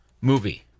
movie